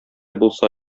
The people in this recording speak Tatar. булса